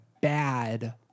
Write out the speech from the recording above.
bad